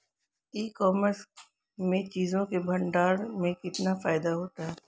ई commerce में चीज़ों के भंडारण में कितना फायदा होता है?